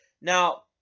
Now